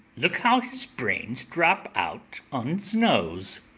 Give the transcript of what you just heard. look how his brains drop out on's nose.